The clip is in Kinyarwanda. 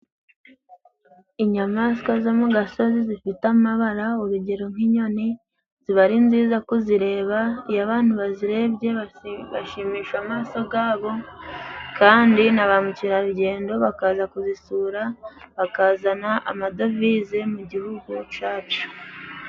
Inyamaswa zo mu gasozi zifite amabara, urugero nk'inyoni ziba ari nziza kuzireba, iyo abantu bazirebye bashimisha amaso gabo, kandi na ba mukerarugendo bakaza kuzisura, bakazana amadovize mu gihugu cacu.